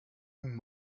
nun